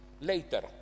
later